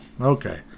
Okay